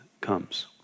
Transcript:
comes